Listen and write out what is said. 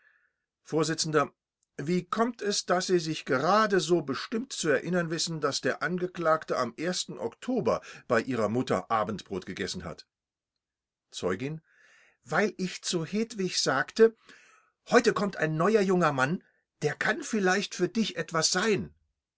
vors wie kommt es daß sie sich gerade so bestimmt zu erinnern wissen daß der angeklagte am oktober bei ihrer mutter abendbrot gegessen hat zeugin weil ich zu hedwig sagte heule kommt ein neuer junger mann der kann vielleicht für dich etwas sein